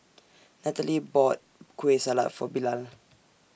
Natalie bought Kueh Salat For Bilal